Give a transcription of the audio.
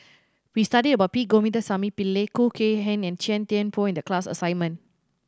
we studied about P Govindasamy Pillai Khoo Kay Hian and Chia Thye Poh in the class assignment